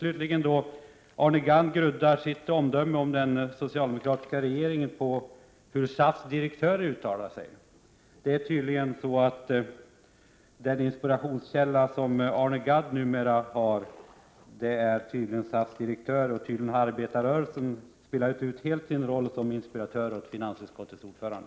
Slutligen: Arne Gadd grundar sitt omdöme om den socialdemokratiska regeringen på hur SAF:s direktörer uttalar sig. Arne Gadds inspirationskälla är alltså numera SAF:s direktörer. Tydligen har arbetarrörelsen helt spelat ut sin roll som inspiratör åt finansutskottets ordförande.